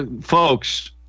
Folks